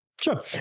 Sure